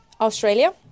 Australia